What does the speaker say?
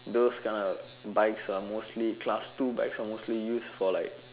those kind of bikes are mostly class two bikes are mostly used for like